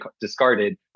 discarded